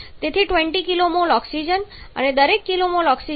તેથી 20 kmol oxygen અને દરેક kmol ઓક્સિજન સાથે 3